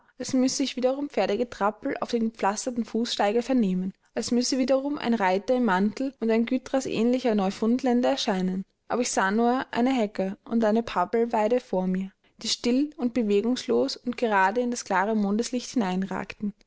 als müsse ich wiederum pferdegetrappel auf dem gepflasterten fußsteige vernehmen als müsse wiederum ein reiter im mantel und ein gytrashähnlicher neufundländer erscheinen aber ich sah nur eine hecke und eine pappelweide vor mir die still und bewegungslos und gerade in das klare mondeslicht